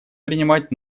принимать